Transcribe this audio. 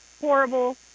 horrible